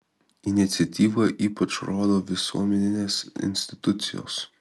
iniciatyvą ypač rodo visuomeninės institucijos